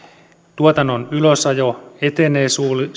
tuotannon ylösajo etenee